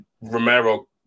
Romero